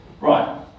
Right